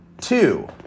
two